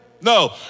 No